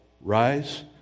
rise